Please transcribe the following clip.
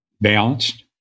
balanced